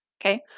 okay